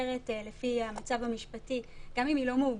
שמתאפשרת לפי המצב המשפטי, גם אם היא לא מעוגנת